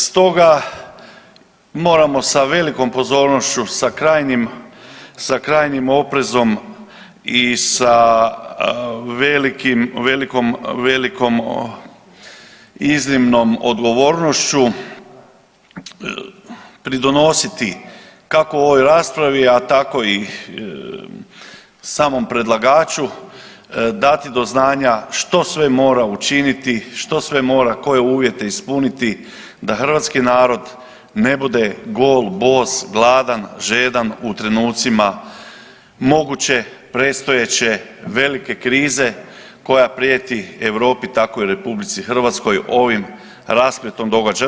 Stoga, moramo sa velikom pozornošću, sa krajnjim oprezom i sa velikim, velikom iznimnom odgovornošću pridonositi, kako ovoj raspravi, a tako i samom predlagaču, dati do znanja što sve mora učiniti, što sve mora koje uvjete ispuniti da hrvatski narod ne bude gol, bos, gladan, žedan u trenucima moguće predstojeće velike krize koja prijeti Europi, tako i RH, ovim raspletom događaja.